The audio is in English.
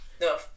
no